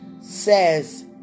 says